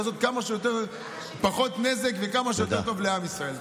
לעשות כמה שפחות נזק וכמה שיותר טוב לעם ישראל.